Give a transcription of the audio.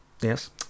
Yes